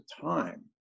time